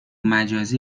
مجازی